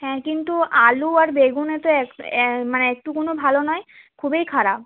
হ্যাঁ কিন্তু আলু আর বেগুনে তো এক মানে একটুকুনও ভালো নয় খুবেই খারাপ